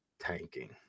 tanking